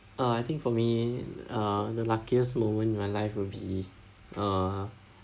uh I think for me uh the luckiest moment in my life will be uh